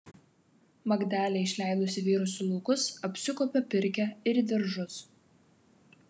magdelė išleidusi vyrus į laukus apsikuopia pirkią ir į daržus